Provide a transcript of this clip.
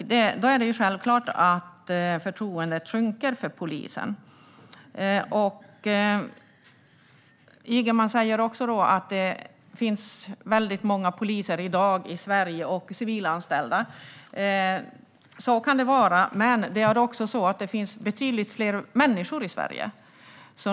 Då är det självklart att förtroendet för polisen sjunker. Ygeman säger också att det i dag finns väldigt många poliser och civilanställda i Sverige. Så kan det vara, men det finns också betydligt fler människor i Sverige.